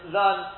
learn